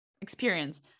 experience